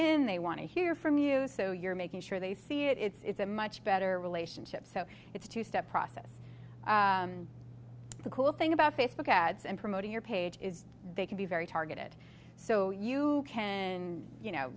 in they want to hear from you so you're making sure they see it it's a much better relationship so it's a two step process and the cool thing about facebook ads and promoting your page is they can be very targeted so you can you know